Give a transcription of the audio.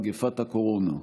מגפת הקורונה.